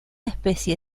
especie